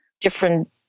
different